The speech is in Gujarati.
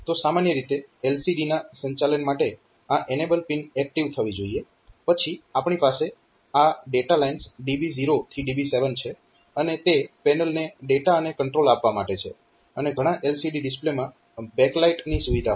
તો સામાન્ય રીતે LCD ના સંચાલન માટે આ એનેબલ પિન એક્ટીવ થવી જોઈએ પછી આપણી પાસે આ ડેટા લાઇન્સ DB0 થી DB7 છે અને તે પેનલને ડેટા અને કંટ્રોલ આપવા માટે છે અને ઘણા LCD ડિસ્પ્લેમાં બેક લાઈટ ની સુવિધા હોય છે